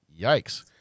Yikes